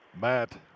Matt